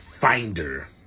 finder